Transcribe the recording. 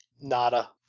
nada